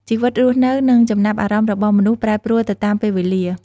ជីវិតរស់នៅ និងចំណាប់អារម្មណ៍របស់មនុស្សប្រែប្រួលទៅតាមពេលវេលា។